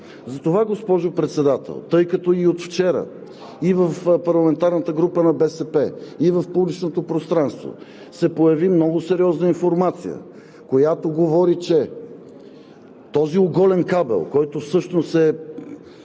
Затова, госпожо Председател, тъй като от вчера и в парламентарната група на БСП, и в публичното пространство се появи много сериозна информация, която говори, че този оголен кабел, който всъщност –